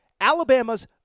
Alabama's